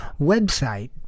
website